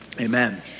Amen